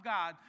God